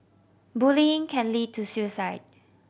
bullying can lead to suicide